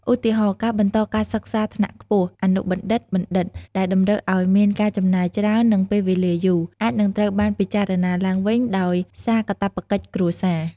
ឧទាហរណ៍ ការបន្តការសិក្សាថ្នាក់ខ្ពស់ (អនុបណ្ឌិត/បណ្ឌិត) ដែលតម្រូវឱ្យមានការចំណាយច្រើន និងពេលវេលាយូរ អាចនឹងត្រូវបានពិចារណាឡើងវិញដោយសារកាតព្វកិច្ចគ្រួសារ។